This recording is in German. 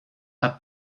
hat